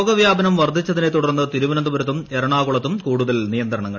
രോഗ്യ്യാപനം വർദ്ധിച്ചതിനെ തുടർന്ന് തിരുവനന്തപുരത്തിട് എറണാകുളത്തും കൂടുതൽ നിയന്ത്രണങ്ങൾ